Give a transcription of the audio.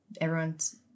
everyone's